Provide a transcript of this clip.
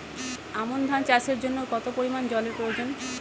আমন ধান চাষের জন্য কত পরিমান জল এর প্রয়োজন?